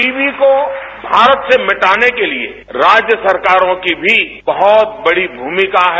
TB को भारत से मिटाने के लिए राज्य सरकारों के बीच बहुत बड़ी भूमिका है